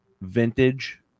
Vintage